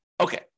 Okay